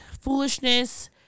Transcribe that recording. foolishness